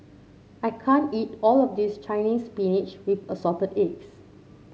I can't eat all of this Chinese Spinach with Assorted Eggs